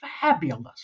fabulous